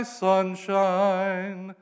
sunshine